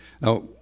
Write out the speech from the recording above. Now